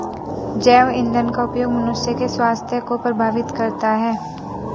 जैव ईंधन का उपयोग मनुष्य के स्वास्थ्य को प्रभावित करता है